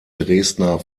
dresdner